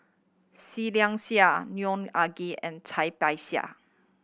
Seah Liang Seah Neo Anngee and Cai Bixia